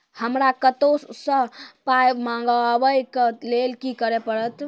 हमरा कतौ सअ पाय मंगावै कऽ लेल की करे पड़त?